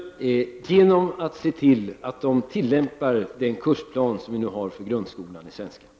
Herr talman! Genom att se till att de tillämpar den kursplan för ämnet svenska som gäller för grundskolan.